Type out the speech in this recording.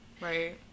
right